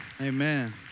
amen